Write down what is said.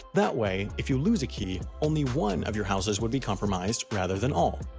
that way if you lose a key, only one of your houses would be compromised rather than all.